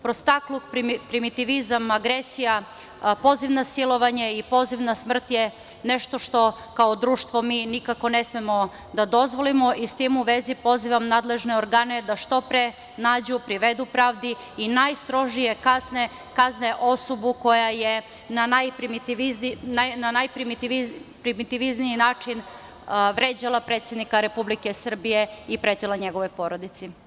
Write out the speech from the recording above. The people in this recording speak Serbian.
Prostakluk, primitivizam, agresija, poziv na silovanje i poziv na smrt je nešto što kao društvo mi nikako ne smemo da dozvolimo i s tim u vezi pozivam nadležne organe da što pre nađu, privedu pravdi i najstrože kazne osobu koja je na najprimitivniji način vređala predsednika Republike Srbije i pretila njegovoj porodici.